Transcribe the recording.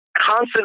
constant